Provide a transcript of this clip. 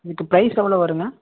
இதுக்கு பிரைஸ் எவ்வளோ வரும்ங்க